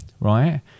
right